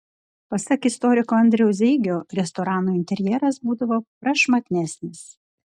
pasak istoriko andriaus zeigio restoranų interjeras būdavo prašmatnesnis